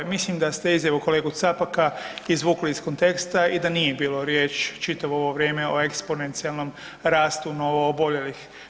Mislim da ste izjavu kolegu Capaka izvukli iz konteksta i da nije bio riječ čitavo ovo vrijeme o eksponencijalnom rastu novooboljelih.